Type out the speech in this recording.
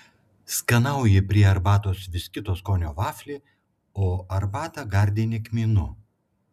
skanauji prie arbatos vis kito skonio vaflį o arbatą gardini kmynu